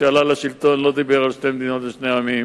כשעלה לשלטון לא דיבר על שתי מדינות לשני עמים.